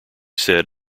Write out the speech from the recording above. said